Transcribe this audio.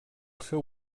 seu